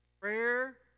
prayer